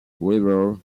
river